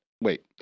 wait